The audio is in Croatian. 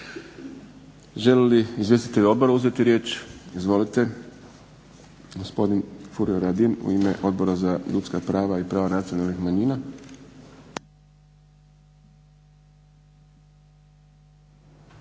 Žele li izvjestitelji odbora uzeti riječ? Izvolite. Gospodin Furio Radin u ime Odbora za ljudska prava i prava nacionalnih manjina.